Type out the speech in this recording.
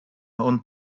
own